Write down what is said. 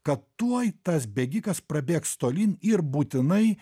kad tuoj tas bėgikas prabėgs tolyn ir būtinai